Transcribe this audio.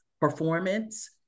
performance